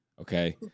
okay